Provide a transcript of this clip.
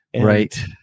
Right